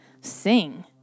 sing